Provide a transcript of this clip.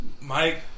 Mike